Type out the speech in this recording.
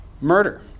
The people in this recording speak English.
murder